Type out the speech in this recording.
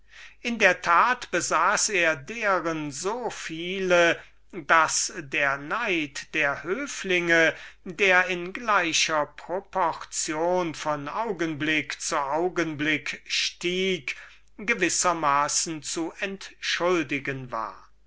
in der tat besaß er deren so viele daß der neid der höflinge der in gleicher proportion von stunde zu stunde stieg gewisser maßen zu entschuldigen war